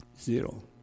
Zero